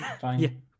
fine